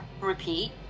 repeat